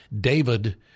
David